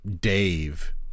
Dave